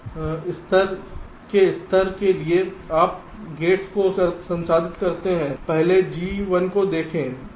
इस स्तर के स्तर के लिए आप गेट्स को संसाधित करते हैं पहले G1 को देखें